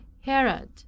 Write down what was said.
Herod